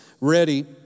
ready